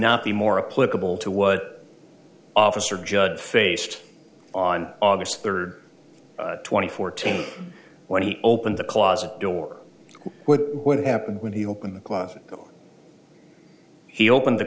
not be more a political to what officer judge faced on august third twenty fourteen when he opened the closet door with what happened when he opened the closet he opened the